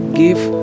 give